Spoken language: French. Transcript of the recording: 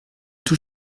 tout